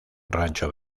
rancho